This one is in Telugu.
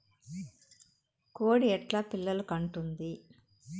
కోడి ఎట్లా పిల్లలు కంటుంది?